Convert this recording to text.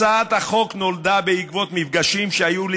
הצעת החוק נולדה בעקבות מפגשים שהיו לי